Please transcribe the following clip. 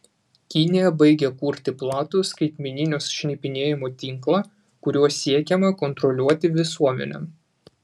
kinija baigia kurti platų skaitmeninio šnipinėjimo tinklą kuriuo siekiama kontroliuoti visuomenę